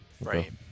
Right